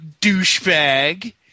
douchebag